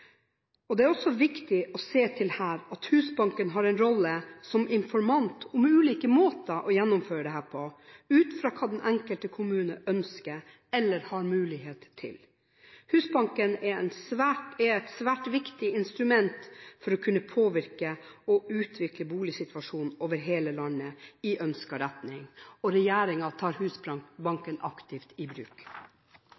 utleierne. Det er også viktig å se til at Husbanken har en rolle som informant om ulike måter å gjennomføre dette på, ut fra hva den enkelte kommune ønsker eller har mulighet til. Husbanken er et svært viktig instrument for å kunne påvirke og utvikle boligsituasjonen over hele landet i ønsket retning, og regjeringen tar